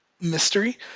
mystery